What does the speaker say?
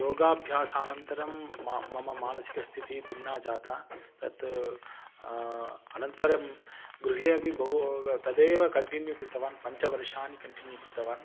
योगाभ्यासानन्तरं म मम मानसिकस्थितिः भिन्ना जाता तत् अनन्तरं गृहे अपि बहु तदेव कण्टिन्यू कृतवान् पञ्चवर्षाणि कण्टिन्यू कृतवान्